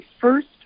first